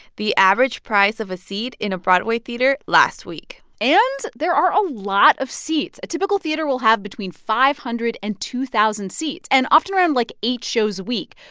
the average price of a seat in a broadway theater last week and there are a lot of seats. a typical theater will have between five hundred and two thousand seats and often around, like, eight shows a week,